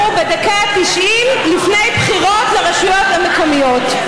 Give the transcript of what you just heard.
אנחנו בדקה ה-90 לפני בחירות לרשויות המקומיות.